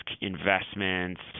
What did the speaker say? investments